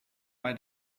bei